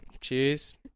Cheers